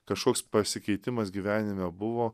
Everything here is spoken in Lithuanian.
kažkoks pasikeitimas gyvenime buvo